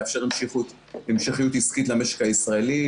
לאפשר המשכיות עסקית למשק הישראלי,